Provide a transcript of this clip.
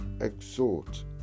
exhort